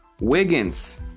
Wiggins